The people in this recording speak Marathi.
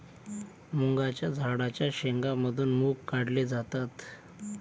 मुगाच्या झाडाच्या शेंगा मधून मुग काढले जातात